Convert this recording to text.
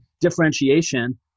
differentiation